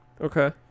Okay